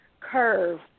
curve